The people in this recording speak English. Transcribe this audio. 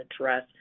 address